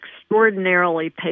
extraordinarily